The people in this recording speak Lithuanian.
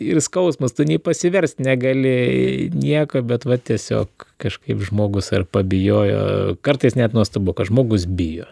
ir skausmas tu nei pasiverst negali nieko bet va tiesiog kažkaip žmogus ar pabijojo kartais net nuostabu kad žmogus bijo